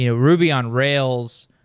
you know ruby on rails,